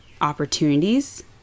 opportunities